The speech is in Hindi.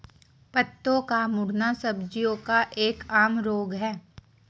पत्तों का मुड़ना सब्जियों का एक आम रोग है